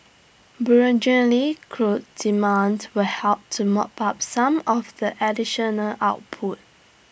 burgeoning crude demand will help to mop up some of the additional output